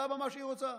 שעושה בה מה שהיא רוצה.